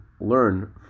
learn